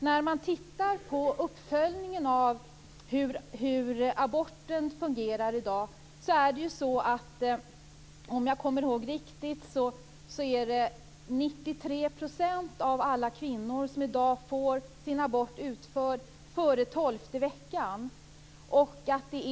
När man tittar på uppföljningen av hur aborter fungerar i dag är det, om jag kommer ihåg rätt, 93 % av alla kvinnor som i dag får sin abort utförd före 12:e veckan.